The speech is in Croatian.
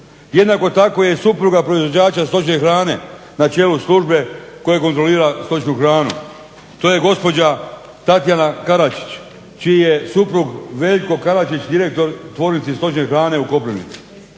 Jednako tako je i supruga proizvođača stočne hrane na čelu službe koje konzumira stočnu hranu. To je gospođa Tatjana Karačić čiji je suprug Veljko Karačić, direktor tvornice stočne hrane u Koprivnici.